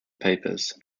papers